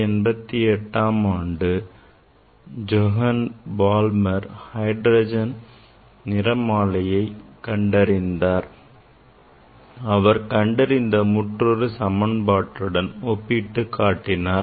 1988 ஆம் ஆண்டு Johann Balmer hydrogen நிறமாலையை அவர் கண்டறிந்த முற்றுரு சமன்பாட்டுடன் ஒப்பிட்டுக் காட்டினார்